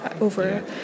over